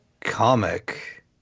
comic